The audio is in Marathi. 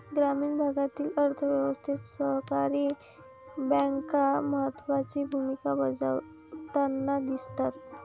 ग्रामीण भागातील अर्थ व्यवस्थेत सहकारी बँका महत्त्वाची भूमिका बजावताना दिसतात